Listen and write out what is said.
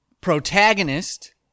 protagonist